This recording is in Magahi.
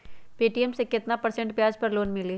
पे.टी.एम मे केतना परसेंट ब्याज पर लोन मिली?